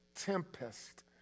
tempest